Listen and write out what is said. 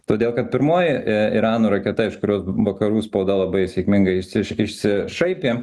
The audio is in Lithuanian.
todėl kad pirmoji irano raketa iš kurio vakarų spauda labai sėkmingai išsiš išsišaipė